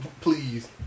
Please